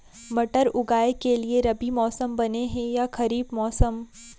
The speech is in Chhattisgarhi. मटर उगाए के लिए रबि मौसम बने हे या खरीफ मौसम?